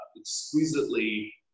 exquisitely